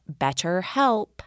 BetterHelp